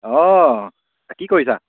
অঁ কি কৰিছা